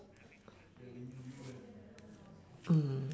mm